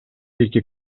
эки